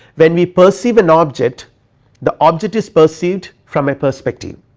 when we perceive an object the object is perceived from a perspective,